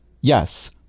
yes